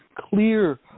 clear